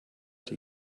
die